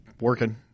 working